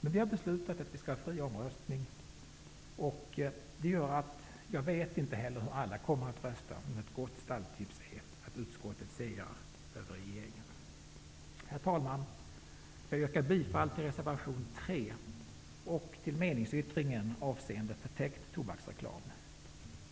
Men vi har beslutat att vi skall ha fri omröstning, vilket gör att jag inte vet hur alla kommer att rösta. Ett gott stalltips är dock att utskottet segrar över regeringen. Herr talman! Jag yrkar bifall till reservation 3 och till meningsyttringen avseende förtäckt tobaksreklam